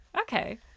Okay